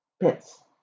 Bits